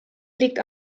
liegt